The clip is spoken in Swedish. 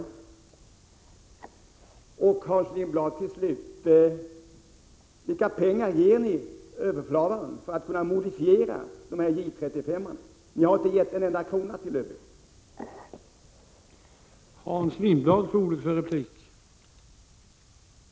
Till slut, Hans Lindblad: Vilka pengar ger ni överbefälhavaren för modifiering av J 35:or? Ni har inte gett en enda krona till överbefälhavaren för det ändamålet?